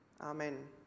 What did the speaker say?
Amen